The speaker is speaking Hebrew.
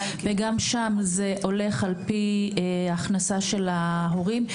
וגם שם, זה הולך על פי הכנסה של ההורים.